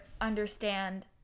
understand